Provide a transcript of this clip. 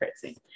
crazy